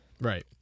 Right